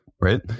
right